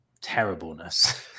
terribleness